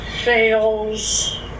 Fails